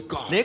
God